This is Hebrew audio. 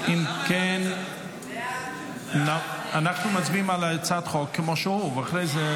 כן, אנחנו מצביעים על הצעת החוק כמו שהיא.